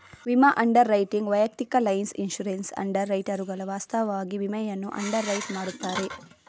ವಿಮಾ underwriting ವೈಯಕ್ತಿಕ lines insurance ಅಂಡರ್ ರೈಟರುಗಳು ವಾಸ್ತವವಾಗಿ ವಿಮೆಯನ್ನು ಅಂಡರ್ ರೈಟ್ ಮಾಡುತ್ತಾರೆ